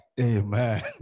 Amen